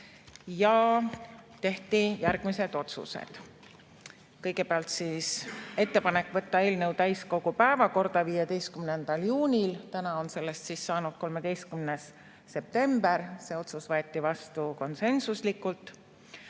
ja tehti järgmised otsused. Kõigepealt [tehti] ettepanek võtta eelnõu täiskogu päevakorda 15. juunil, täna on sellest saanud 13. september, see otsus võeti vastu konsensuslikult.